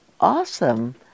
awesome